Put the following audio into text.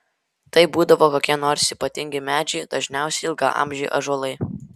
tai būdavo kokie nors ypatingi medžiai dažniausiai ilgaamžiai ąžuolai